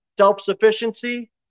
Self-sufficiency